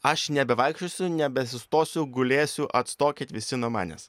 aš nebevaikščiosiu nebesistosiu gulėsiu atstokit visi nuo manęs